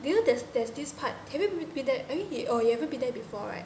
you know there's there's this part have you been there I mean oh you haven't been there before right